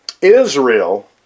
Israel